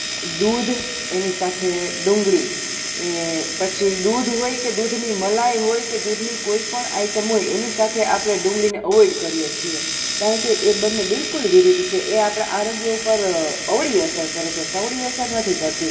દૂધ એની સાથે ડુંગળી એ પછી દૂધ હોય કે દૂધની મલાઈ હોય કે દૂધની કોઈપણ આઈટમ હોય એની સાથે આપણે ડુંગળીને એવોઈડ કરીએ છીએ કારણ કે એ બંને બિલકુલ વિરુદ્ધ છે એ આપણા આરોગ્ય ઉપર અવળી અસર કરે છે સવળી અસર નથી કરતી